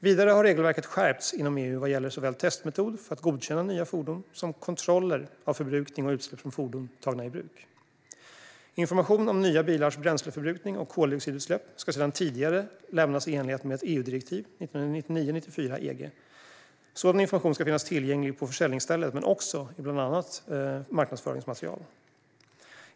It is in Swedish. Vidare har regelverket skärpts inom EU vad gäller såväl testmetod för att godkänna nya fordon som kontroller av förbrukning och utsläpp från fordon tagna i bruk. Information om nya bilars bränsleförbrukning och koldioxidutsläpp ska sedan tidigare lämnas i enlighet med ett EU-direktiv, 1999 EG. Sådan information ska finnas tillgänglig på försäljningsstället men också i bland annat marknadsföringsmaterial.